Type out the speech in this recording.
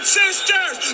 sisters